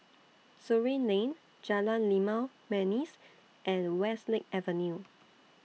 Surin Lane Jalan Limau Manis and Westlake Avenue